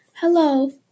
hello